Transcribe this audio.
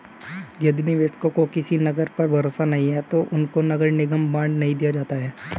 यदि निवेशकों को किसी नगर पर भरोसा नहीं है तो उनको नगर निगम बॉन्ड नहीं दिया जाता है